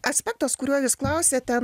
aspektas kurio jūs klausiate